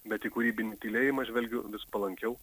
bet į kūrybinį tylėjimą žvelgiu vis palankiau